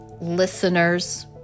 listeners